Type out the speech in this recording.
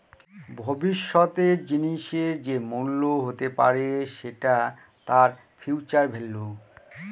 ভবিষ্যতের জিনিসের যে মূল্য হতে পারে সেটা তার ফিউচার ভেল্যু